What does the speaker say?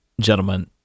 gentlemen